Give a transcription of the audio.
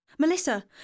Melissa